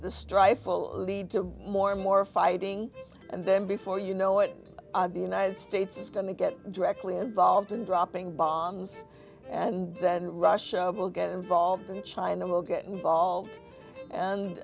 the strife will lead to more and more fighting and then before you know it the united states is going to get directly involved in dropping bombs and then russia will get involved and china will get involved and